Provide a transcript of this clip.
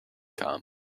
kamen